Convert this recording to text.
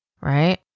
right